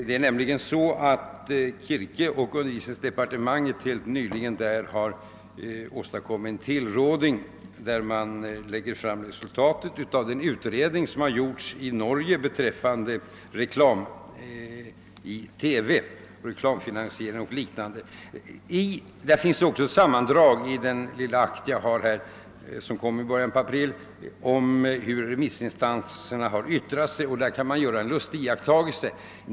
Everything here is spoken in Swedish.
Det är nämligen så att kirkeog undervisningsdepartementet där helt nyligen åstadkommit en tilråding, i vilken man lägger fram resultatet av den utredning som gjorts i Norge beträffande reklamfinansiering av TV. I den lilla akt jag har och som kom i början av april finns ett sammandrag av hur remissinstanserna har yttrat sig, och där kan man göra en lustig iakttagelse.